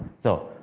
so,